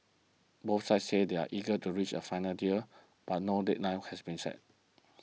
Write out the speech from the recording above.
both sides say they are eager to reach a final deal but no deadline has been set